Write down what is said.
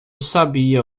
sabia